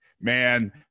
man